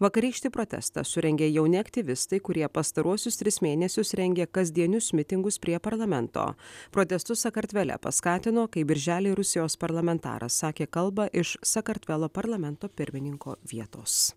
vakarykštį protestą surengė jauni aktyvistai kurie pastaruosius tris mėnesius rengė kasdienius mitingus prie parlamento protestus sakartvele paskatino kai birželį rusijos parlamentaras sakė kalbą iš sakartvelo parlamento pirmininko vietos